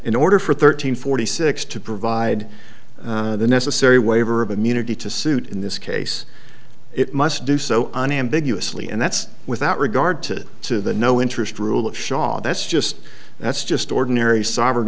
in order for thirteen forty six to provide the necessary waiver of immunity to suit in this case it must do so on ambiguously and that's without regard to to the no interest rule of shaw that's just that's just ordinary sovereign